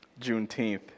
Juneteenth